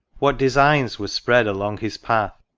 what designs were spread along his path?